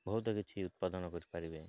ବହୁତ କିଛି ଉତ୍ପାଦନ କରିପାରିବେ